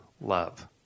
love